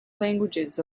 languages